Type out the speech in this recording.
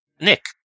Nick